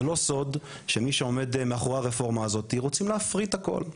זה לא סוד שמי שעומד מאחורי הרפורמה הזאתי רוצים להפריט את הכל,